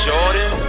Jordan